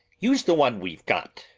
use the one we've got.